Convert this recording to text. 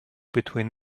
between